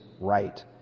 right